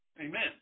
Amen